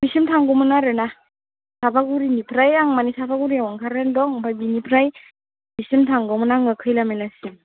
बेसिम थांगौमोन आरोना सापागुरिनिफ्राय आं माने सापागुरिआव ओंखारनानै दं ओमफ्राय बेनिफ्राय बेसिम थांगौमोन आङो खैला मैलासिम